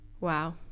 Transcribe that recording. Wow